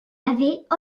avait